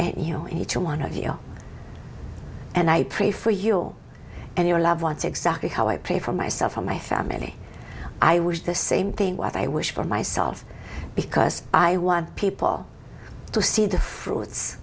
your you know each one of you and i pray for your and your loved ones exactly how i pray for myself and my family i wish the same thing what i wish for myself because i want people to see the fruits